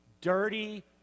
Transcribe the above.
dirty